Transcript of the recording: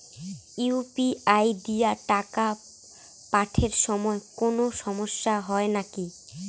UPI দিয়া টাকা পাঠের সময় কোনো সমস্যা হয় নাকি?